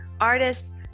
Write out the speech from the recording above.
artists